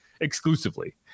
exclusively